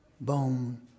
bone